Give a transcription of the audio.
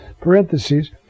parentheses